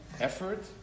effort